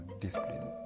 discipline